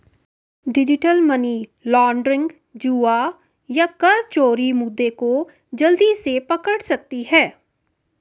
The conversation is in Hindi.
डिजिटल मनी लॉन्ड्रिंग, जुआ या कर चोरी मुद्दे को जल्दी से पकड़ सकती है